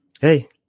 Hey